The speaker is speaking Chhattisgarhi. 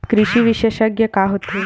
कृषि विशेषज्ञ का होथे?